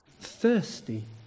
thirsty